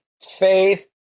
faith